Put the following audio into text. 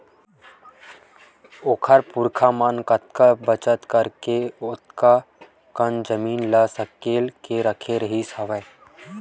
ओखर पुरखा मन ह कतका बचत करके ओतका कन जमीन ल सकेल के रखे रिहिस हवय